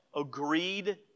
agreed